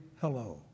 hello